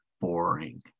boring